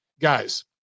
Guys